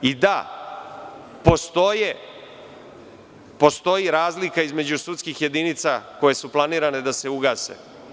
I da, postoji razlika između sudskih jedinica koje su planirane da se ugase.